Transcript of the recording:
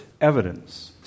evidence